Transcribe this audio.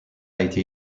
été